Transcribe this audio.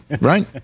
right